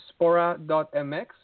spora.mx